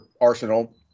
arsenal